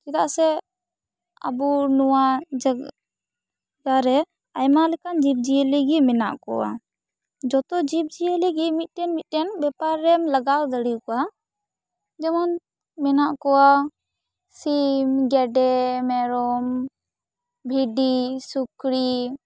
ᱪᱮᱫᱟᱜ ᱥᱮ ᱟᱵᱚ ᱱᱚᱣᱟ ᱡᱟᱜ ᱨᱮ ᱟᱭᱢᱟ ᱞᱮᱠᱟᱱ ᱡᱤᱵᱽ ᱡᱤᱭᱟᱹᱞᱤ ᱜᱮ ᱢᱮᱱᱟᱜ ᱠᱚᱣᱟ ᱡᱚᱛᱚ ᱡᱤᱵᱽ ᱡᱤᱭᱟᱹᱞᱤ ᱜᱮ ᱢᱤᱫᱴᱮᱱ ᱢᱤᱫᱴᱮᱱ ᱵᱮᱯᱟᱨᱮᱢ ᱞᱟᱜᱟᱣ ᱫᱟᱲᱤ ᱟᱠᱚᱣᱟ ᱡᱮᱢᱚᱱ ᱢᱮᱱᱟᱜ ᱠᱚᱣᱟ ᱥᱤᱢ ᱜᱮᱰᱮ ᱢᱮᱨᱚᱢ ᱵᱷᱤᱰᱤ ᱥᱩᱠᱨᱤ